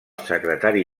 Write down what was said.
secretari